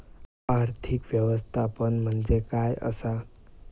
आर्थिक व्यवस्थापन म्हणजे काय असा?